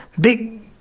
big